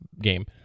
game